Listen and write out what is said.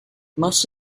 most